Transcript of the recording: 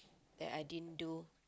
that I didn't do